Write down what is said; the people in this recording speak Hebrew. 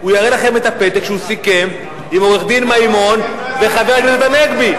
הוא יראה לכם את הפתק שהוא סיכם עם עורך-הדין מימון וחבר הכנסת הנגבי,